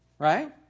right